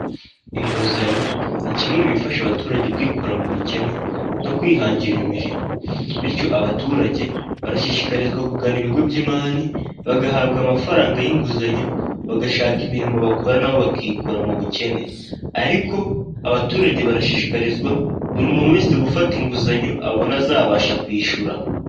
Inguzanyo, ni kimwe mu bifasha abaturage kwikura mu bukene, no kwihangira imirimo bityo abaturage barashishikarizwa kugana ibigo by'imari, bagahabwa amafaranga y'inguzanyo bagashaka imirimo bakora nabo bakikura mu bukene, ariko abaturage barashishikarizwa buri muntu wese gufata inguzanyo abona azabasha kwishyura.